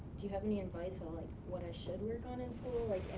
do you have any advice on like what i should work on in school?